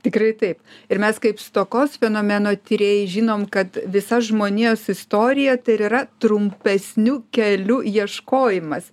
tikrai taip ir mes kaip stokos fenomeno tyrėjai žinom kad visa žmonijos istorija tai ir yra trumpesnių kelių ieškojimas